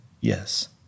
yes